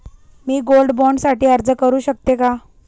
मी gold bond साठी अर्ज करु शकते का?